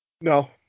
no